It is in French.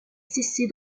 cesser